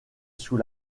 sous